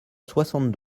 soixante